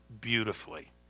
beautifully